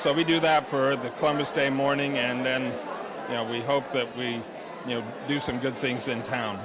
so we do that for the columbus day morning and then you know we hope that we you know do some good things in town